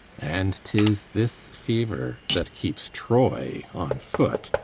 and tis this fever that keeps troy on foot,